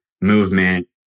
movement